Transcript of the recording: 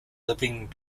living